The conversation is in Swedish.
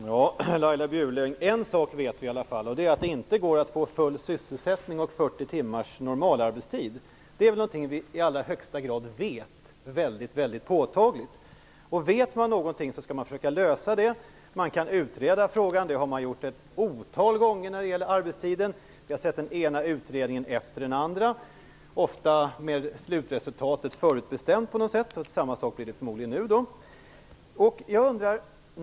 Fru talman! En sak vet vi i alla fall, Laila Bjurling, och det är att det inte går att få full sysselsättning och 40 timmars normalarbetstid. Det är väl något vi vet mycket påtagligt. Om man vet något skall man försöka lösa det. Man kan utreda frågan. Det har man gjort ett otal gånger när det gäller arbetstiden. Vi har sett den ena utredningen efter den andra. Ofta med slutresultatet förutbestämt - det blir förmodligen samma sak nu.